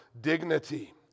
dignity